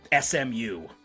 SMU